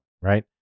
Right